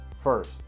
first